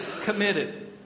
committed